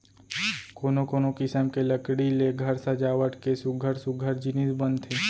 कोनो कोनो किसम के लकड़ी ले घर सजावट के सुग्घर सुग्घर जिनिस बनथे